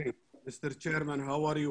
אדוני היושב ראש, מה שלומך?